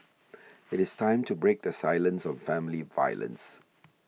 it is time to break the silence on family violence